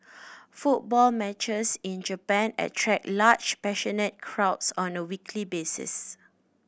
football matches in Japan attract large passionate crowds on a weekly basis